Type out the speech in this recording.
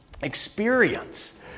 experience